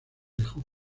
alejó